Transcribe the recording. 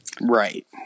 Right